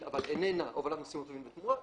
אבל איננה הובלת נוסעים או טובין בתמורה,